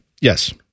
yes